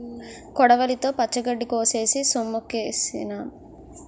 కొడవలితో పచ్చగడ్డి కోసేసి సొమ్ములుకేసినాం